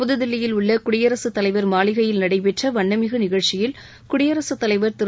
புதுதில்லியில் உள்ள குடியரசுத்தலைவர் மாளிகயைில் நடைபெற்ற வண்ணமிகு நிகழ்ச்சியில் குடியரசுத்தலைவர் திரு